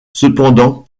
cependant